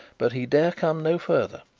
but he dare come no farther.